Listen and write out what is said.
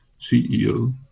CEO